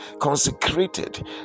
consecrated